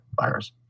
virus